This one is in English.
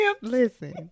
Listen